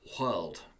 world